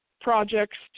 projects